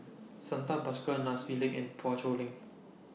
Santha Bhaskar Nai Swee Leng and Poh Chua Leng